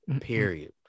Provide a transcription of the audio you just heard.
Period